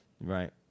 Right